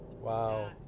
Wow